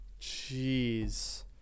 Jeez